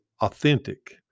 authentic